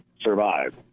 survive